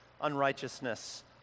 unrighteousness